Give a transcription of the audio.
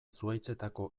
zuhaitzetako